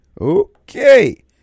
Okay